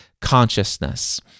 consciousness